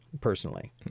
personally